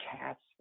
cats